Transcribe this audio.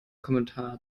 kommentar